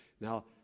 Now